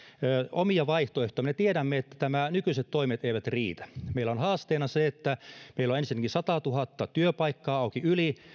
omia vaihtoehtoja me tiedämme että nykyiset toimet eivät riitä meillä on haasteena se että meillä on ensinnäkin yli satatuhatta työpaikkaa auki